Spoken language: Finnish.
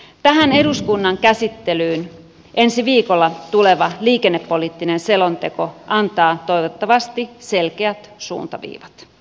tähän eduskunnan käsittelyyn ensi viikolla tuleva liikennepoliittinen selonteko antaa toivottavasti selkeät suuntaviivat